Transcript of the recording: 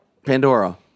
Pandora